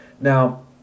Now